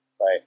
Right